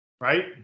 Right